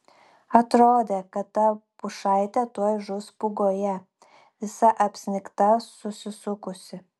atrodė kad ta pušaitė tuoj žus pūgoje visa apsnigta susisukusi